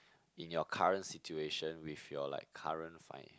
in your current situation with like your current fine